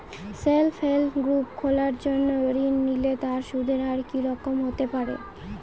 Self help group খোলার জন্য ঋণ নিলে তার সুদের হার কি রকম হতে পারে?